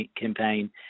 campaign